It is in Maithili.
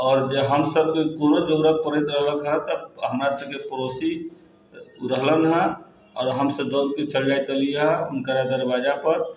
आओर हम सभके जे कोनो जरुरत पड़ैत रहै तऽ हमरा सभके पड़ोसी रहलनि हैं आओर हम सभ दोड़के चलि जाइत रहलियै हुनकर दरवाजा पर